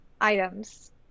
items